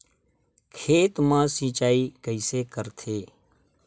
खेत मा सिंचाई कइसे करथे?